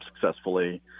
successfully